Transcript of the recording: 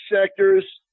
sectors